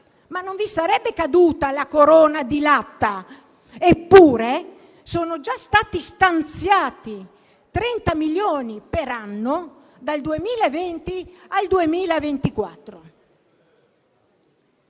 Non vi sarebbe caduta la corona di latta. Eppure, sono già stati stanziati 30 milioni di euro per anno, dal 2020 al 2024.